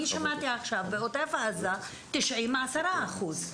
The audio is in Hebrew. אני שמעתי עכשיו שבעוטף עזה זה 90-10 אחוז.